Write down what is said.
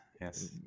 Yes